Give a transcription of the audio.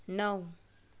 णव